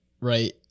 right